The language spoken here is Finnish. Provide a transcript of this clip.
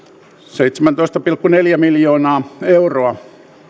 seitsemäntoista pilkku neljä miljoonaa euroa